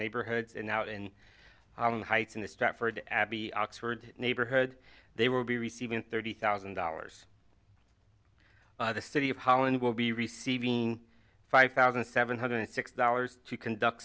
neighborhoods in out and heights in the stratford abbey oxford neighborhood they will be receiving thirty thousand dollars the city of holland will be receiving five thousand seven hundred six dollars to conduct